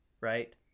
right